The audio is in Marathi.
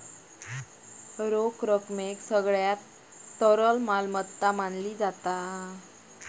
रोख रकमेक सगळ्यात तरल मालमत्ता मानली जाता